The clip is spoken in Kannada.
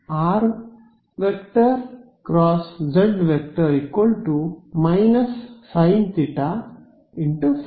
ಆದ್ದರಿಂದ rˆ × zˆ ಸೈನ್θ ϕˆ